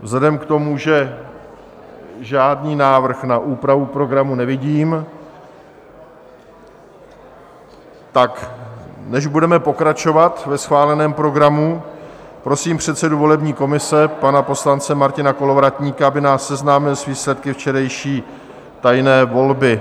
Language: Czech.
Vzhledem k tomu, že žádný návrh na úpravu programu nevidím, tak než budeme pokračovat ve schváleném programu, prosím předsedu volební komise, pana poslance Martina Kolovratníka, aby nás seznámil s výsledky včerejší tajné volby.